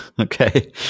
Okay